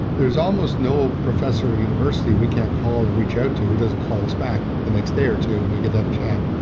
there's almost no professor or university we can't call or reach out to who doesn't call us back the next day or two and we get to chat.